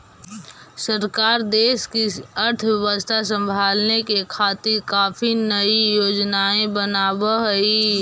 सरकार देश की अर्थव्यवस्था संभालने के खातिर काफी नयी योजनाएं बनाव हई